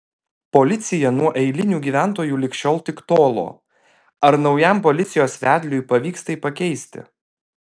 policija nuo eilinių gyventojų lig šiol tik tolo ar naujam policijos vedliui pavyks tai pakeisti